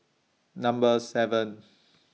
Number seven